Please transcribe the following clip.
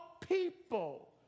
people